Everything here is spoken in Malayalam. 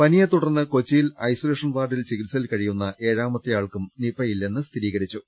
പനിയെ തുടർന്ന് കൊച്ചിയിൽ ഐസൊലേഷൻ വാർഡിൽ ചികിത്സയിൽ കഴിയുന്ന ഏഴാമത്തെയാൾക്കും നിപയില്ലെന്ന് സ്ഥിരീ കരിച്ചു